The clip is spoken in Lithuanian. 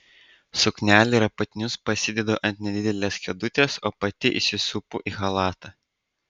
suknelę ir apatinius pasidedu ant nedidelės kėdutės o pati įsisupu į chalatą